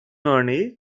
örneği